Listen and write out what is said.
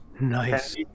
Nice